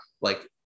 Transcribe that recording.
like-